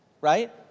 Right